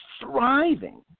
thriving